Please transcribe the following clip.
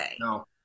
no